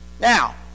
Now